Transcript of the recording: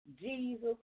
Jesus